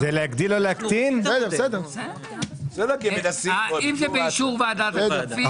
אם זה באישור ועדת הכספים.